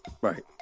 Right